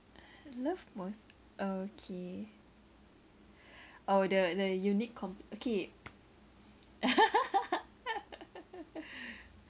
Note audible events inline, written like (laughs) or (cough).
love most okay oh the the unique com~ okay (laughs)